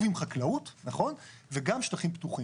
מאוד חשוב גם שטחים חקלאיים בשילוב עם חקלאות וגם שטחים פתוחים.